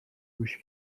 گوش